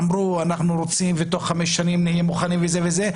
אמרו אנחנו רוצים ותוך חמש שנים נהיה מוכנים וזה וזה,